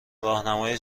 راهنمای